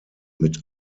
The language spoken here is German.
mit